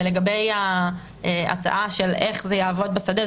לגבי ההצעה של איך זה יעבוד בשדה,